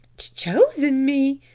chosen me?